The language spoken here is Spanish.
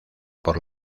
por